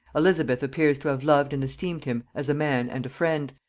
elizabeth appears to have loved and esteemed him as a man and a friend,